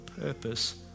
purpose